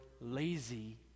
lazy